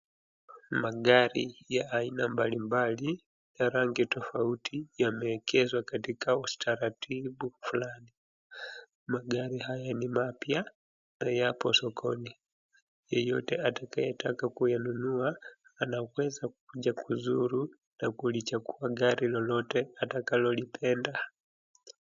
Magari ya aina mbalimbali ya rangi tofauti yameegeshwa katika utaratibu fulani. Magari haya ni mapya na yapo sokoni. Yeyote atakaye taka kuyanunua anaweza kuja kuzuru na kulichagua gari lolote atakalolipenda.